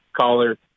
caller